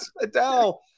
Adele